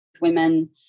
women